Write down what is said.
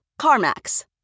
CarMax